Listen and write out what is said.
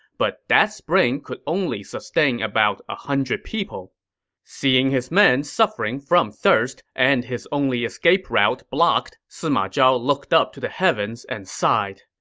but that spring could only sustain about one ah hundred people seeing his men suffering from thirst and his only escape route blocked, sima zhao looked up to the heavens and sighed,